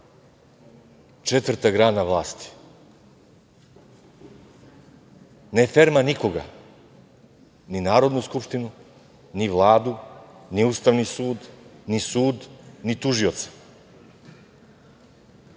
četvrta grana vlasti, ne ferma nikoga, ni Narodnu skupštinu, ni Vladu, ni Ustavni sud, ni sud, ni tužioca. To